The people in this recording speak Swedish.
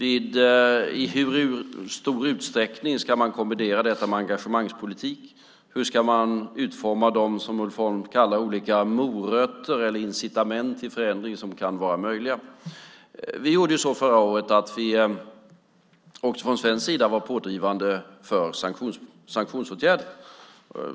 I hur stor utsträckning ska man kombinera den med en engagemangspolitik? Hur ska man utforma det som Ulf Holm kallar morötter eller incitament till förändringar som kan vara möjliga? Från svensk sida var vi förra året pådrivande för sanktionsåtgärder.